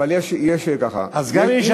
אדוני,